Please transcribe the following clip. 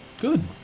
Good